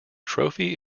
trophy